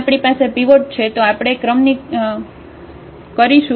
અહીં આપણી પાસે પીવોટ છે તો આપણે ક્રમની કરીશું